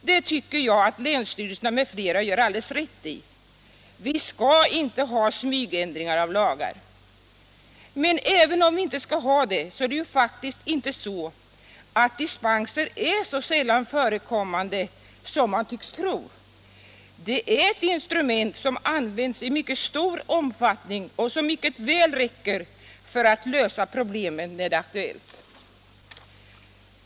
Det tycker jag att länsstyrelserna m.fl. gör alldeles rätt i. Vi skall inte ha smygändringar av lagar. Men även om vi inte skall ha det så är ju faktiskt dispenser inte så sällan förekommande som man tycks tro. Det är ett instrument som används i mycket stor omfattning och som mycket väl räcker för att lösa problemen när det är aktuellt.